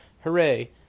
Hooray